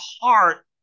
heart